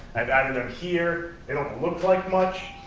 i've added them here. they don't look like much,